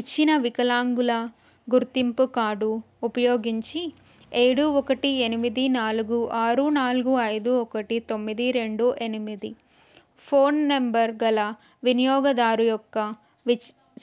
ఇచ్చిన వికలాంగుల గుర్తింపు కార్డు ఉపయోగించి ఏడు ఒకటి ఎనిమిది నాలుగు ఆరు నాలుగు ఐదు ఒకటి తొమ్మిది రెండు ఎనిమిది ఫోన్ నెంబర్ గల వినియోగదారుని యొక్క వి